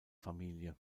familie